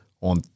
on